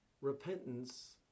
repentance